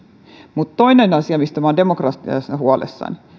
toinen asia mistä minä olen demokratiassa huolissani